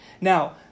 Now